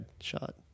shot